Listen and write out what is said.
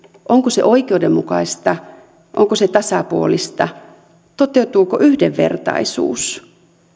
onko se oikeudenmukaista onko se tasapuolista toteutuuko yhdenvertaisuus